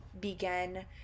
begin